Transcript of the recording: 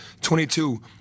22